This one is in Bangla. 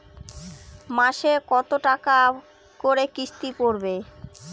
মাসে কত টাকা করে কিস্তি পড়বে?